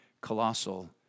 colossal